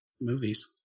movies